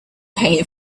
paint